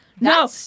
No